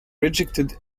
rejected